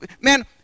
Man